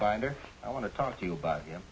binder i want to talk to you but you